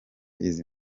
izi